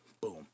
Boom